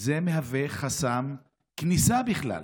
זה מהווה חסם כניסה בכלל.